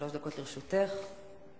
לרשותך שלוש דקות.